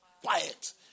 Quiet